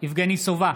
יבגני סובה,